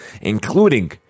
including